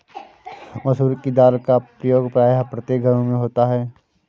मसूर की दाल का प्रयोग प्रायः प्रत्येक घर में होता है